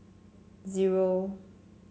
zero